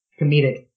comedic